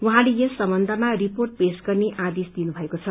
उहाँले यस सम्बन्धमा रिपोर्ट पेश गर्ने आदेश दिनुभएको छ